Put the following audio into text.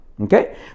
Okay